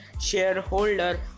shareholder